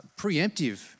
preemptive